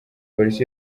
polisi